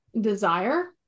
desire